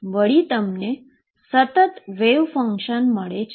પછી તમને સતત વેવ ફંક્શન મળે છે